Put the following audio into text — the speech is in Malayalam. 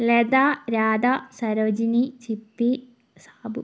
ലത രാധ സരോജിനി ചിപ്പി സാബു